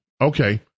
Okay